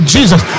Jesus